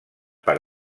per